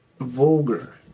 vulgar